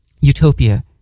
utopia